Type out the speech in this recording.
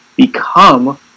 become